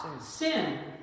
Sin